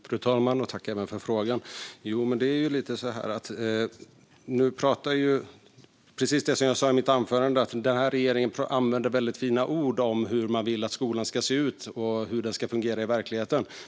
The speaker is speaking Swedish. Fru talman! Tack, ledamoten, för frågan! Precis som jag sa i mitt anförande använder regeringen väldigt fina ord om hur man vill att skolan ska se ut och hur den ska fungera i verkligheten.